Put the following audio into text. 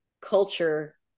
culture